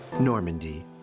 Normandy